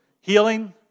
healing